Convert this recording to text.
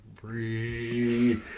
free